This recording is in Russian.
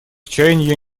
чаяния